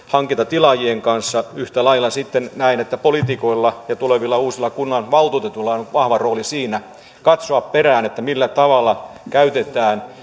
hankintatilaajien kanssa yhtä lailla sitten niin että poliitikoilla ja tulevilla uusilla kunnanvaltuutetuilla on vahva rooli katsoa perään että millä tavalla käytetään